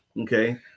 Okay